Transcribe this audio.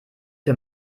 für